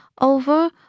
over